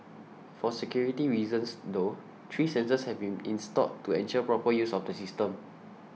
for security reasons though three sensors have been installed to ensure proper use of the system